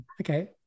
Okay